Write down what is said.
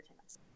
chance